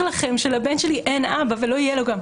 לכם שלבן שלי אין אבא ולא יהיה לו גם?